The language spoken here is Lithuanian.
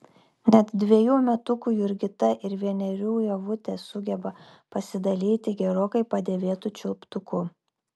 net dvejų metukų jurgita ir vienerių ievutė sugeba pasidalyti gerokai padėvėtu čiulptuku